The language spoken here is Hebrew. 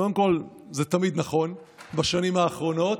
קודם כול, זה תמיד נכון בשנים האחרונות.